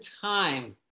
time